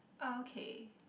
okay